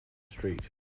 street